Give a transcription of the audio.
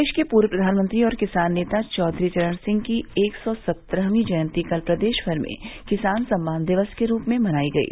देश के पूर्व प्रधानमंत्री और किसान नेता चौधरी चरण सिंह की एक सौ सत्रहवीं जयन्ती कल प्रदेश भर में किसान सम्मान दिवस के रूप में मनायी गयी